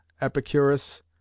epicurus